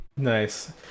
Nice